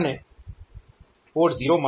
અને પોર્ટ 0 માં આપણે ઘણી LED જોડેલ છે